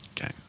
Okay